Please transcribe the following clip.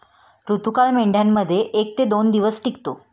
ऋतुकाळ मेंढ्यांमध्ये एक ते दोन दिवस टिकतो